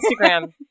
Instagram